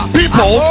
people